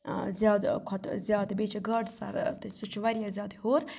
زیادٕ کھۄتہٕ زیادٕ بیٚیہِ چھِ گاڈٕ سَر تہٕ سُہ چھُ واریاہ زیادٕ ہیوٚر